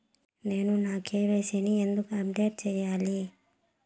నేను నా కె.వై.సి ని ఎందుకు అప్డేట్ చెయ్యాలి?